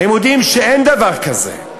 יודעים שאין דבר כזה.